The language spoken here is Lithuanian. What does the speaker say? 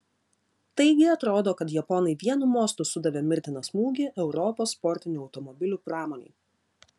taigi atrodo kad japonai vienu mostu sudavė mirtiną smūgį europos sportinių automobilių pramonei